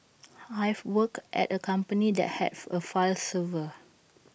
I've worked at A company that have A file server